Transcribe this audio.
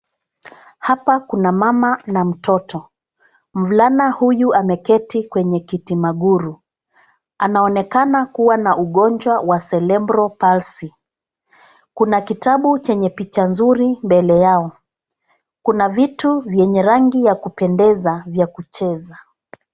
Hapa kuna mama na mtoto, mvulana huyu ameketi kwenye kiti maguru. Anaonekana kuwa na ugonjwa wa celebral palsy .Kuna kitabu chenye picha nzuri mbele yao. Kuna vitu vyenye rangi ya kupendeza vya kucheza.